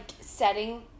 setting